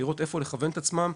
לראות לאן לכוון את עצמם.